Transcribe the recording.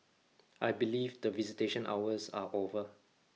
I believe the visitation hours are over